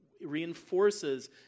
reinforces